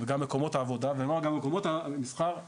גם מקומות העבודה וגם מקומות המסחר,